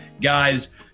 guys